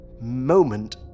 moment